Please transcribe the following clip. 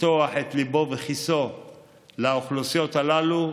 לפתוח את ליבו ואת כיסו לאוכלוסיות הללו,